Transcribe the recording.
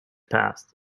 past